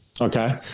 okay